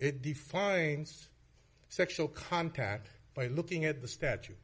it defines sexual contact by looking at the statute